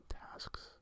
tasks